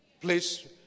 Please